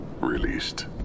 Released